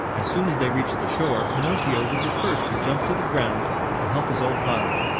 as soon as they reached the shore, pinocchio was the first to jump to the ground to help his old father.